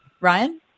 Ryan